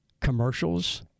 commercials